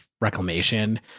Reclamation